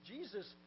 Jesus